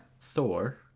Thor